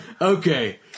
Okay